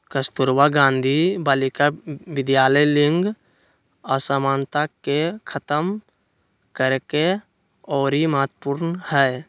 कस्तूरबा गांधी बालिका विद्यालय लिंग असमानता के खतम करेके ओरी महत्वपूर्ण हई